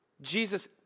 Jesus